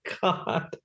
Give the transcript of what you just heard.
God